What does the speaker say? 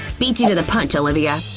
beat you to the punch, olivia.